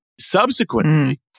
subsequently